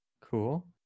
cool